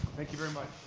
thank you very much.